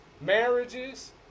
marriages